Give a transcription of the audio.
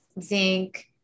zinc